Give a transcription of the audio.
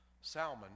Salmon